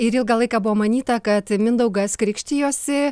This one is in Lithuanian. ir ilgą laiką buvo manyta kad mindaugas krikštijosi